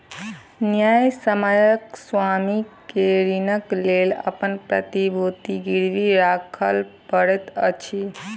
न्यायसम्यक स्वामी के ऋणक लेल अपन प्रतिभूति गिरवी राखअ पड़ैत अछि